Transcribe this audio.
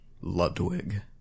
Ludwig